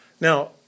Now